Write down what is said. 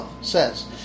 says